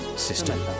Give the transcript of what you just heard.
system